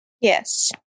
Yes